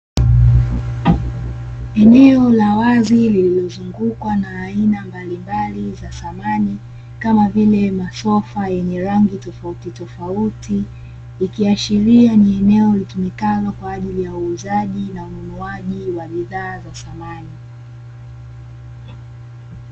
Eneo la wazi lililozungukwa na aina mbalimbali za samani, kama vile masofa yenye rangi tofautitofauti, ikiashiria ni eneo litumikalo kwa ajili ya uuzaji na ununuaji wa bidhaa za samani.